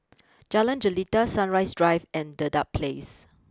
Jalan Jelita Sunrise Drive and Dedap place